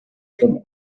been